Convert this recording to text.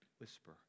whisper